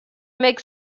make